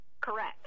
Correct